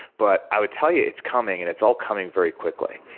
but i would tell you, it's coming and it's all coming very quickly.